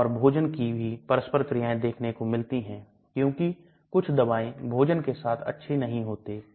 अम्लीय pH में आयनीकरण के कारण और ऊपरी छोटी आंत में क्षार अधिक घुलनशील होंगे